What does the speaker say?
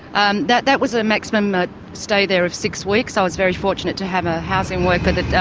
um that that was a maximum but stay there of six weeks. i was very fortunate to have a housing worker that that